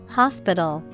hospital